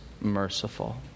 merciful